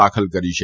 દાખલ કરી છે